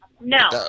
no